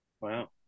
Wow